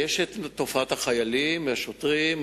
יש תופעת החיילים והשוטרים,